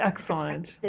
excellent